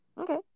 okay